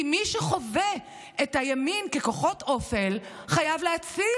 כי מי שחווה את הימין ככוחות אופל חייב להציל